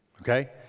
Okay